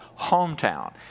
Hometown